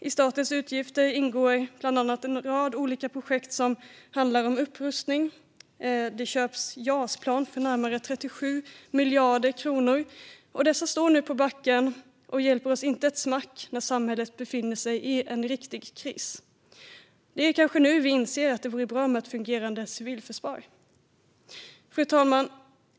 I statens utgifter ingår bland annat en rad olika projekt som handlar om upprustning. Det köps JAS-plan för närmare 37 miljarder kronor. Dessa står nu på backen och hjälper oss inte ett smack när samhället befinner sig i en riktig kris. Det är kanske nu vi inser att det vore bra med ett fungerande civilförsvar. Fru talman!